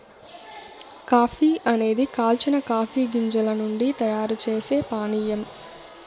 coffee అనేది కాల్చిన coffee గింజల నుండి తయారు చేసే పానీయం